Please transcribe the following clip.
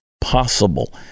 possible